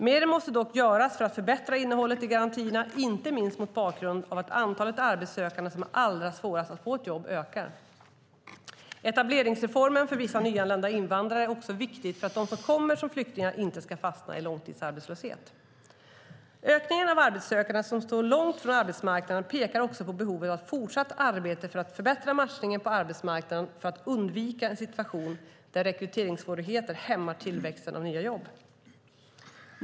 Mer måste dock göras för att förbättra innehållet i garantierna, inte minst mot bakgrund av att antalet arbetssökande som har allra svårast att få ett jobb ökar. Etableringsreformen för vissa nyanlända invandrare är också viktig för att de som kommer som flyktingar inte ska fastna i långtidsarbetslöshet. Ökningen av arbetssökande som står långt från arbetsmarknaden pekar också på behovet av fortsatt arbete med att förbättra matchningen på arbetsmarknaden för att undvika en situation där rekryteringssvårigheter hämmar tillväxten av nya jobb.